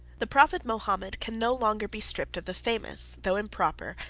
the prophet mohammed can no longer be stripped of the famous, though improper,